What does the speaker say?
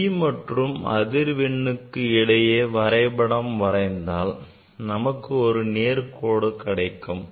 v மற்றும் அதிர்வெண்ணுக்கு இடையே வரை படம் வரைந்தால் நமக்கு ஒரு நேர்கோடு கிடைக்கும்